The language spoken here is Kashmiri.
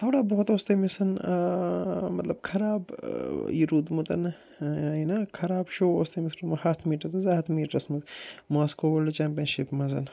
تھوڑا بہت اوس تٔمِس مطلب خراب یہِ روٗدمُت یہِ نا خراب شو اوس تٔمِس روٗدمُت ہَتھ میٖٹَر تہٕ زٕ ہَتھ میٖٹرَس منٛز ماسکو وٲرلڈ چمپِینشِپہِ منٛز